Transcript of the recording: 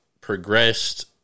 progressed